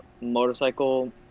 motorcycle